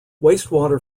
wastewater